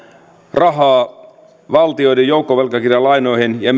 rahaa valtioiden joukkovelkakirjalainoihin ja